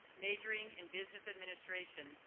majoring in business administration,